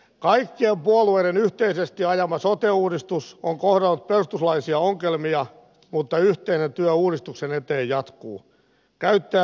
kaikkien puolueiden yhteisesti ajama sote uudistus on kohdannut perustuslaillisia ongelmia mutta yhteinen työ uudistuksen eteen jatkuu